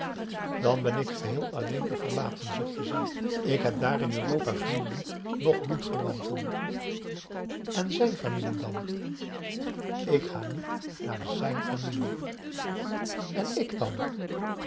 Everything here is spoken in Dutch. dan ben ik geheel alleen en verlaten zuchtte zij ik heb daar in europa vrienden noch bloedverwanten en zijn familie dan ik ga niet naar zijn familie en ik dan